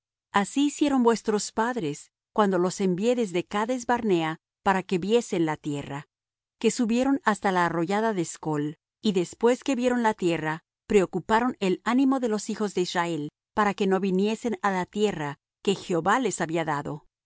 así hicieron vuestros padres cuando los envié desde cades barnea para que viesen la tierra que subieron hasta la arroyada de escol y después que vieron la tierra preocuparon el ánimo de los hijos de israel para que no viniesen á la tierra que jehová les había dado y